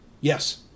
Yes